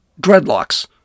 dreadlocks